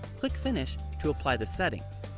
click finish to apply the settings.